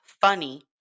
funny